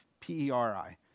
P-E-R-I